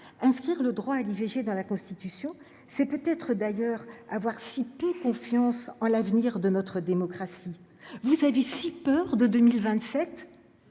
inscrire le droit à l'IVG dans la Constitution, c'est peut-être d'ailleurs avoir chipie, confiance en l'avenir de notre démocratie, vous avez si peur de 2027,